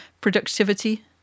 productivity